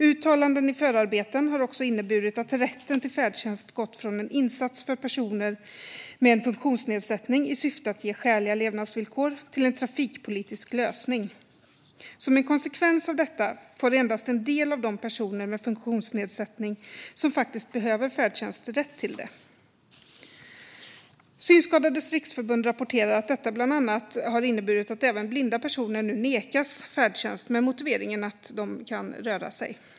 Uttalanden i förarbeten har också inneburit att rätten till färdtjänst gått från att gälla en insats för personer med en funktionsnedsättning i syfte att ge skäliga levnadsvillkor till att handla om en trafikpolitisk lösning. Som en konsekvens av detta får endast en del av de personer med funktionsnedsättning som faktiskt behöver färdtjänst rätt till det. Synskadades Riksförbund rapporterar att detta bland annat har inneburit att även blinda personer nu nekas färdtjänst med motiveringen att de kan röra sig.